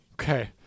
Okay